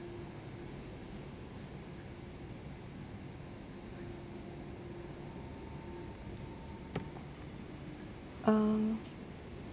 um